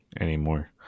anymore